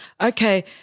Okay